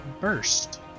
burst